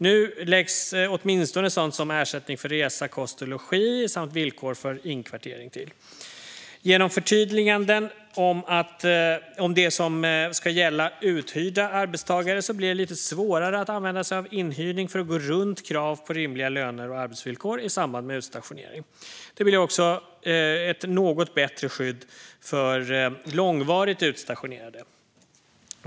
Nu läggs åtminstone sådant som ersättning för resa, kost och logi samt villkor för inkvartering till. Genom förtydliganden om det som ska gälla uthyrda arbetstagare blir det lite svårare att använda sig av inhyrning för att gå runt krav på rimliga löner och arbetsvillkor i samband med utstationering. Det blir också ett något bättre skydd för långvarigt utstationerade.